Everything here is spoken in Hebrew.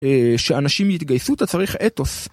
שאנשים יתגייסו אתה צריך אתוס